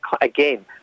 again